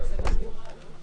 עוד חמש דקות נגמרות השאילתות,